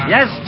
Yes